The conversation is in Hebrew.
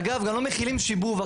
אגב, גם לא מחילים שיבוב.